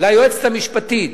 ליועצת המשפטית